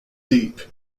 deep